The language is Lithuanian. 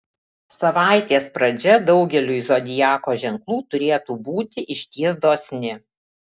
savaitės pradžia daugeliui zodiako ženklų turėtų būti išties dosni